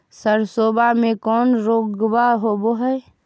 सरसोबा मे कौन रोग्बा होबय है?